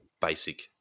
basic